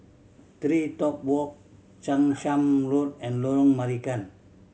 TreeTop Walk Chang Charn Road and Lorong Marican